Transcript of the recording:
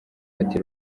ati